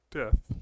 death